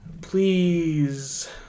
please